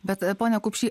bet pone kupšy